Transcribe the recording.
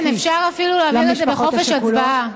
כן, אפשר אפילו להעביר את זה בחופש הצבעה.